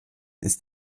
ist